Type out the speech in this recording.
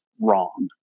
wrong